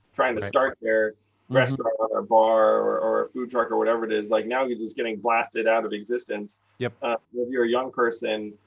trying to start their restaurant or bar or or a food truck or whatever it is, like, now he's just getting blasted out of existence. yeah if you're a young person,